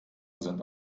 sind